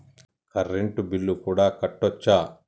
Current bill కూడా కట్టొచ్చా?